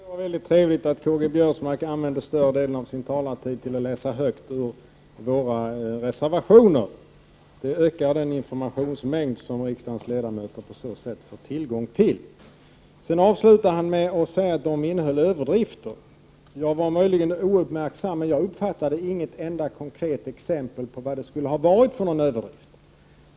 Herr talman! Det var mycket trevligt att Karl-Göran Biörsmark använde "större delen av sin talartid till att läsa högt ur våra reservationer. Det ökar den informationsmängd som riksdagens ledamöter på så sätt får tillgång till. Karl-Göran Biörsmark avslutade sitt anförande med att säga att dessa reservationer innehöll överdrifter. Jag var möjligen ouppmärksam, men jag uppfattade inget konkret exempel på vilka överdrifter det gällde.